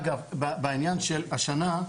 אגב, בעניין של השנה,